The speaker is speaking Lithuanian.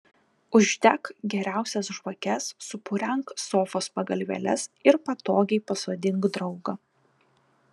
uždek geriausias žvakes supurenk sofos pagalvėles ir patogiai pasodink draugą